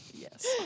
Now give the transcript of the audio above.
Yes